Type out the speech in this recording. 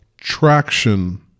traction